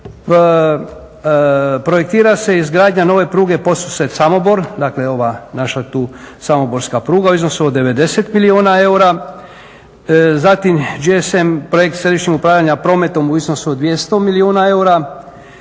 projektira se izgradnja nove pruge Podsused – Samobor. Dakle, ova naša tu samoborska pruga u iznosu od 90 milijuna eura. Zatim, GSM projekt središnjim upravljanja prometom u iznosu od 200 milijuna eura